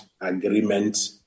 agreement